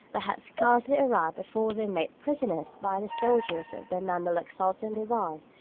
but had scarcely arrived before they were made prisoners by the soldiers of the mameluke sultan bibars,